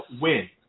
win